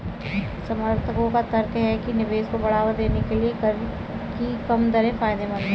समर्थकों का तर्क है कि निवेश को बढ़ावा देने के लिए कर की कम दरें फायदेमंद हैं